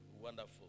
Wonderful